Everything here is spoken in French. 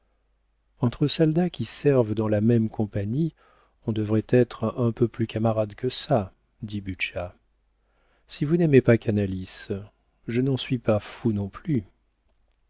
entre soldats qui servent dans la même compagnie on devrait être un peu plus camarades que ça dit butscha si vous n'aimez pas canalis je n'en suis pas fou non plus